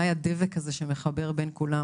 זה אולי הדבק הזה שמחבר בין כולם,